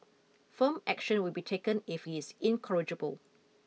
firm action will be taken if he is incorrigible